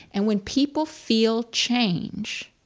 and when people feel change,